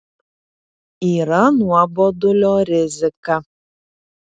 yra nuobodulio rizika